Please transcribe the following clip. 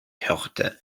hörte